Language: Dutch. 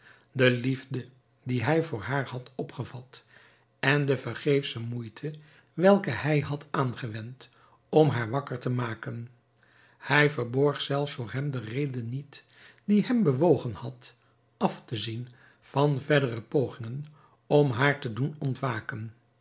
de liefde die hij voor haar had opgevat en de vergeefsche moeite welke hij had aangewend om haar wakker te maken hij verborg zelfs voor hem de reden niet die hem bewogen had af te zien van verdere pogingen om haar te doen ontwaken